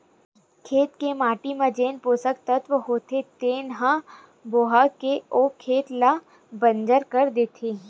खेत के माटी म जेन पोसक तत्व होथे तेन ह बोहा के ओ खेत ल बंजर कर देथे